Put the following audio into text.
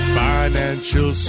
financial